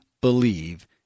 believe